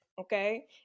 okay